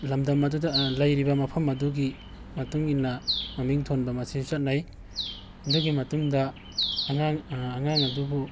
ꯂꯝꯗꯝ ꯑꯗꯨꯗ ꯂꯩꯔꯤꯕ ꯃꯐꯝ ꯑꯗꯨꯒꯤ ꯃꯇꯨꯡ ꯏꯟꯅ ꯃꯃꯤꯡ ꯊꯣꯟꯕ ꯃꯁꯤꯁꯨ ꯆꯠꯅꯩ ꯑꯗꯨꯒꯤ ꯃꯇꯨꯡꯗ ꯑꯉꯥꯡ ꯑꯉꯥꯡ ꯑꯗꯨꯕꯨ